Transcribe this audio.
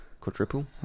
Quadruple